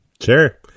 Sure